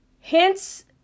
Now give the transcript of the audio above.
hence